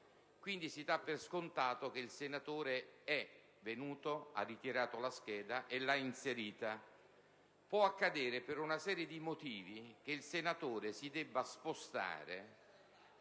Quindi si dà per scontato che il senatore è venuto, ha ritirato la scheda e l'ha inserita. Può accadere che il senatore si debba spostare